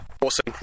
awesome